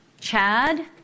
Chad